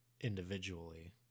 individually